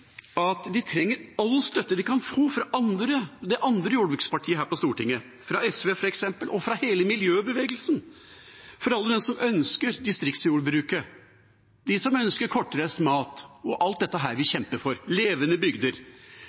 at de trenger all støtte de kan få fra det andre jordbrukspartiet her på Stortinget, fra SV, f.eks., og fra hele miljøbevegelsen, fra alle dem som ønsker distriktsjordbruket, de som ønsker kortreist mat og alt dette vi kjemper for – levende bygder.